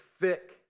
thick